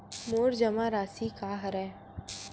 मोर जमा राशि का हरय?